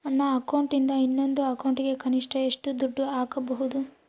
ನನ್ನ ಅಕೌಂಟಿಂದ ಇನ್ನೊಂದು ಅಕೌಂಟಿಗೆ ಕನಿಷ್ಟ ಎಷ್ಟು ದುಡ್ಡು ಹಾಕಬಹುದು?